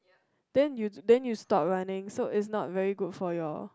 then you then you stop running so is not very good for your